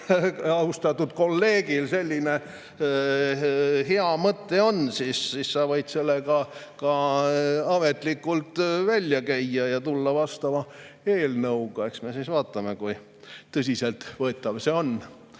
Kui austatud kolleegil selline hea mõte on, siis ta võib selle ka ametlikult välja käia ja tulla siia vastava eelnõuga. Eks me siis vaatame, kui tõsiselt võetav see on.